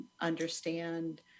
understand